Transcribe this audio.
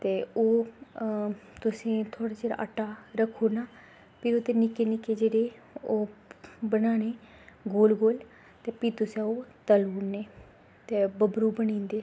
ते ओह् तुसें गी थोह्ड़े चिर आटा रक्खी ओड़ना भी ओह्दे निक्के निक्के जेह्ड़े ओह् बनाने गोल गोल ते भी तुसें ओह् तली ओड़ने ते बब्बरू बनी जंदे